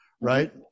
right